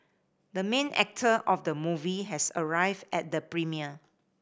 the main actor of the movie has arrived at the premiere